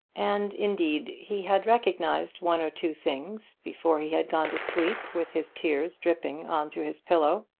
and, indeed, he had recognised one or two things before he had gone to sleep with his tears dripping on to his pillow.